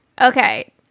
Okay